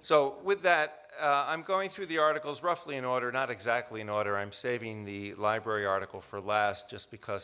so that i'm going through the articles roughly in order not exactly in order i'm saving the library article for last just because